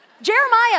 Jeremiah